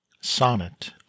sonnet